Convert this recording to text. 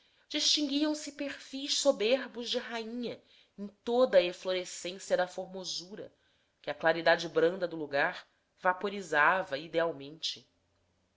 especiais distinguiam se perfis soberbos de rainha em toda a eflorescência da formosura que a claridade branda do lugar vaporizava idealmente